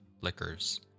liquors